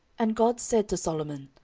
and god said to solomon,